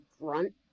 grunt